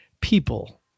people